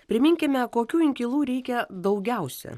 priminkime kokių inkilų reikia daugiausia